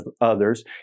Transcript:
others